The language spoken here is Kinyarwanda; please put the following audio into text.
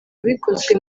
bikozwe